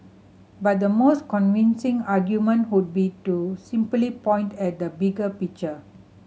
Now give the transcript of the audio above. but the most convincing argument would be to simply point at the bigger picture